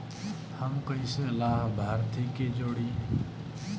हम कइसे लाभार्थी के जोड़ी?